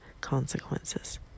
consequences